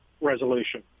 resolution